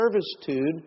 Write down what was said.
servitude